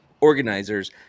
organizers—